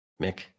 Mick